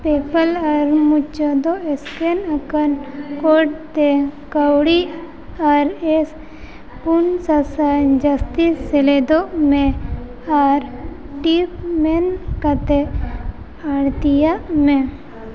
PayPal ᱟᱨ ᱢᱩᱪᱟᱹᱫᱚᱜ scan ᱟᱠᱟᱱ ᱠᱳᱰᱛᱮ ᱠᱟᱹᱣᱰᱤ ᱟᱨ ᱮᱥ ᱯᱩᱱ ᱥᱟᱥᱟᱭ ᱡᱟᱹᱥᱛᱤ ᱥᱮᱞᱮᱫᱚᱜ ᱢᱮ ᱟᱨ ᱴᱤᱯ ᱢᱮᱱ ᱠᱟᱛᱮᱫ ᱟᱲᱛᱤᱭᱟᱜ ᱢᱮ